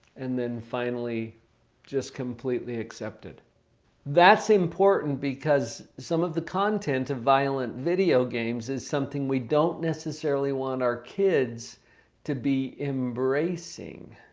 and then finally just completely accepted that's important because some of the content of violent video games is something we don't necessarily want our kids to be embracing.